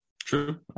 true